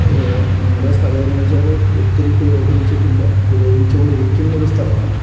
നമ്മുടെ സ്ഥലം എന്നു വെച്ചാൽ ഒത്തിരി പുരോഗിമിച്ചിട്ടില്ല പുരോഗിമിച്ചുകൊണ്ടിരിക്കുന്നൊരു സ്ഥലമാണ്